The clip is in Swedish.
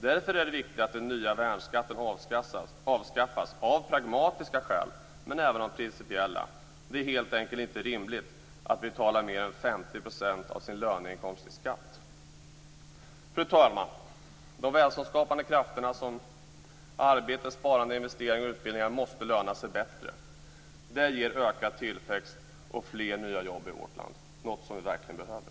Därför är det viktigt att den nya värnskatten avskaffas - av pragmatiska skäl, men även av principiella skäl. Det är helt enkelt inte rimligt att betala mer än 50 % av sin löneinkomst i skatt. Fru talman! De välståndsskapande krafterna arbete, sparande, investeringar och utbildning måste löna sig bättre. De ger ökad tillväxt och fler nya jobb i vårt land - något som vi verkligen behöver.